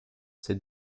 ces